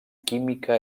química